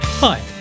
Hi